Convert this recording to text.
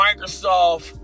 Microsoft